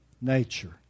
nature